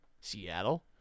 Seattle